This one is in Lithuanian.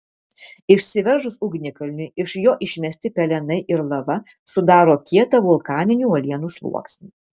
išsiveržus ugnikalniui iš jo išmesti pelenai ir lava sudaro kietą vulkaninių uolienų sluoksnį